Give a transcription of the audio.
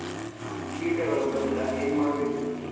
ಕೇಟಗಳ ಬಂದ್ರ ಏನ್ ಮಾಡ್ಬೇಕ್?